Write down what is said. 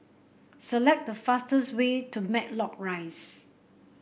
select the fastest way to Matlock Rise